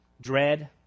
dread